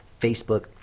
facebook